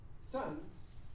sons